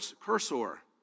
cursor